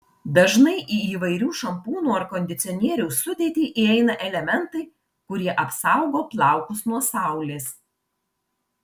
dažnai į įvairių šampūnų ar kondicionierių sudėtį įeina elementai kurie apsaugo plaukus nuo saulės